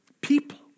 people